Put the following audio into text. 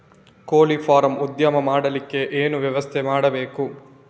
ಕೋಳಿ ಫಾರಂ ಉದ್ಯಮ ಮಾಡಲಿಕ್ಕೆ ಏನು ವ್ಯವಸ್ಥೆ ಮಾಡಬೇಕು?